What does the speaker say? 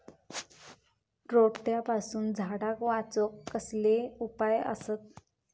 रोट्यापासून झाडाक वाचौक कसले उपाय आसत?